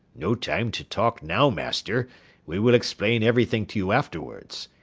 no time to talk now, master we will explain everything to you afterwards.